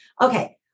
okay